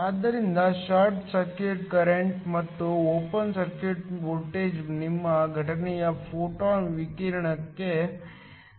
ಆದ್ದರಿಂದ short circuit current ಮತ್ತು open circuit voltage ನಿಮ್ಮ ಘಟನೆ ಫೋಟಾನ್ ವಿಕಿರಣಕ್ಕೆ ಸಂಬಂಧಿಸಿದೆ